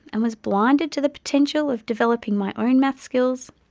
and was blinded to the potential of developing my own maths skills,